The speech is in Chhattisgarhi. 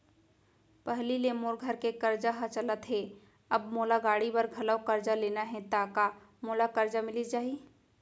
पहिली ले मोर घर के करजा ह चलत हे, अब मोला गाड़ी बर घलव करजा लेना हे ता का मोला करजा मिलिस जाही?